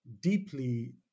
deeply